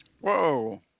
Whoa